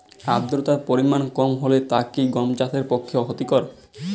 আর্দতার পরিমাণ কম হলে তা কি গম চাষের পক্ষে ক্ষতিকর?